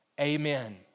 amen